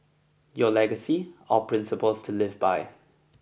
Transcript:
your legacy our principles to live by